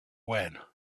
when